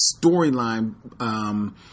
storyline